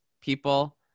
people